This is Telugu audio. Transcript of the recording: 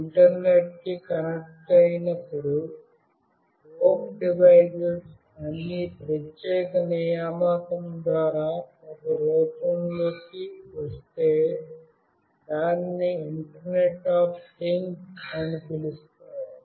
ఇంటర్నెట్కి కనెక్ట్ అయినప్పుడు హోమ్ డివైసెస్ అన్నిప్రెత్సేక నియామకం ద్వారా ఒక రూపంలోకి వస్తే దానిని ఇంటర్నెట్ అఫ్ థింగ్స్అని పిలుస్తారు